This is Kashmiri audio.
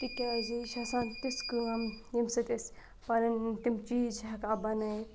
تِکیازِ یہِ چھےٚ آسان تِژھ کٲم ییٚمہِ سۭتۍ أسۍ پَنٕنۍ تِم چیٖز چھِ ہٮ۪کان بنٲیِتھ